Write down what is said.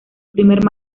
primer